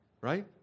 Right